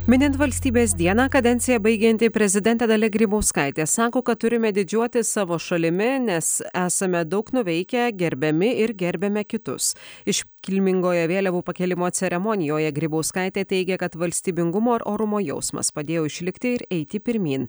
minint valstybės dieną kadenciją baigianti prezidentė dalia grybauskaitė sako kad turime didžiuotis savo šalimi nes esame daug nuveikę gerbiami ir gerbiame kitus iš kilmingoje vėliavų pakėlimo ceremonijoje grybauskaitė teigia kad valstybingumo ir orumo jausmas padėjo išlikti ir eiti pirmyn